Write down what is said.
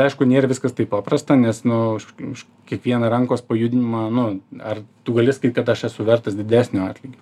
aišku nėr viskas taip paprasta nes nu už už kiekvieną rankos pajudinimą nu ar tu gali sakyt kad aš esu vertas didesnio atlygio